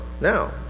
now